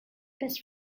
best